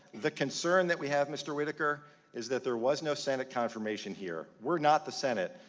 the concern that we have mr. whitaker is that there was no senate confirmation here. we are not the senate,